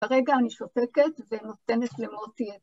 כרגע אני שותקת, ונותנת למוטי...